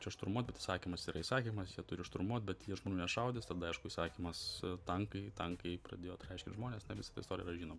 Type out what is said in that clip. čia šturmuot bet įsakymas yra įsakymas jie turi šturmuot bet jie žmonių nešaudys tada aišku įsakymas tankai tankai pradėjo traiškyt žmones na visa ta istorija yra žinoma